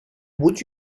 would